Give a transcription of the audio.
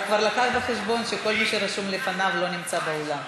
הוא כבר לקח בחשבון שכל מי שרשום לפניו לא נמצא באולם.